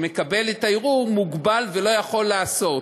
שמקבל את הערעור, מוגבל ולא יכול לעשות.